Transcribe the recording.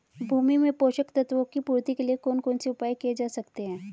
भूमि में पोषक तत्वों की पूर्ति के लिए कौन कौन से उपाय किए जा सकते हैं?